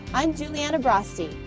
i'm juliana broste,